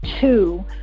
two